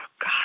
God